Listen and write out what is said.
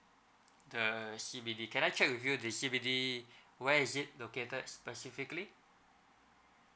the C_B_D can I check with you the CBD where is it located specifically